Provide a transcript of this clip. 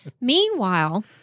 Meanwhile